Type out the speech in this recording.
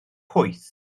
pwyth